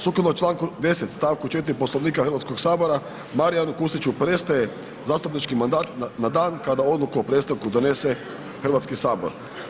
Sukladno članku 10., stavku 4. Poslovnika Hrvatskog sabora Marijanu Kustiću prestaje zastupnički mandat na dan kada Odluku o prestanku donese Hrvatski sabor.